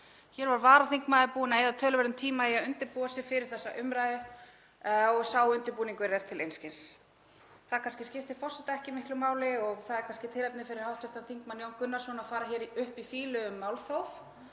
Hér var varaþingmaður búinn að eyða töluverðum tíma í að undirbúa sig fyrir þessa umræðu og sá undirbúningur er til einskis. Það kannski skiptir forseta ekki miklu máli og það er kannski tilefni fyrir hv. þm. Jón Gunnarsson að fara upp í fýlu um málþóf